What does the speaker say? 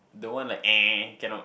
the one like cannot